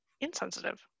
insensitive